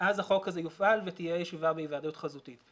החוק הזה יופעל ותהיה ישיבה בהיוועדות חזותית.